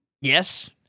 Yes